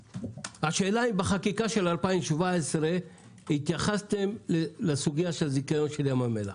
השאלה אם בחקיקה של 2017 התייחסתם לסוגיה של הזיכיון של ים המלח.